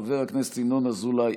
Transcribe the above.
חבר הכנסת ינון אזולאי,